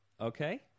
okay